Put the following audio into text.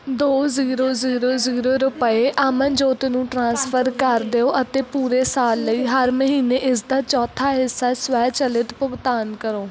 ਦੋ zero zero zero ਰੁਪਏ ਅਮਨਜੋਤ ਨੂੰ ਟ੍ਰਾਂਸਫਰ ਕਰ ਦਿਓ ਅਤੇ ਪੂਰੇ ਸਾਲ ਲਈ ਹਰ ਮਹੀਨੇ ਇਸਦਾ ਚੌਥਾ ਹਿੱਸਾ ਸਵੈਚਲਿਤ ਭੁਗਤਾਨ ਕਰੋ